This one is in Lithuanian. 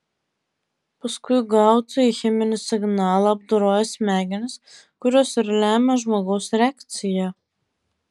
paskui gautąjį cheminį signalą apdoroja smegenys kurios ir lemia žmogaus reakciją